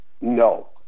no